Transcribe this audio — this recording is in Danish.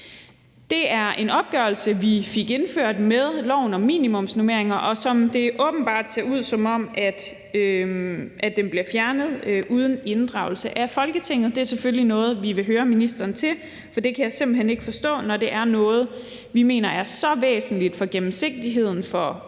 Det var en opgørelse, vi fik indført med loven om minimumsnormeringer, og som det åbenbart ser ud til bliver fjernet uden en inddragelse af Folketinget, og det er selvfølgelig noget, vi vil høre ministeren om. For det kan jeg simpelt hen ikke forstå, når det er noget, vi mener er så væsentligt for gennemsigtigheden for befolkningen